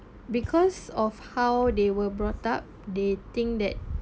because of how they were brought up they think that